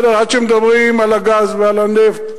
עד שמדברים על הגז ועל הנפט,